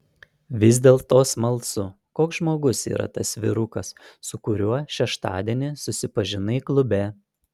vis dėlto smalsu koks žmogus yra tas vyrukas su kuriuo šeštadienį susipažinai klube